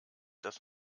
dass